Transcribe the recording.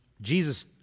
Jesus